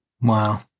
Wow